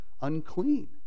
unclean